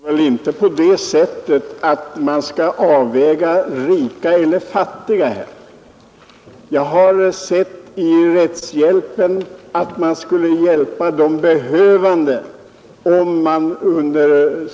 Herr talman! Det är väl inte på det sättet att man skall avväga rika eller fattiga. Jag har i rättshjälpen sett en möjlighet att hjälpa de behövande.